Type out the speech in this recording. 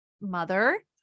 Mother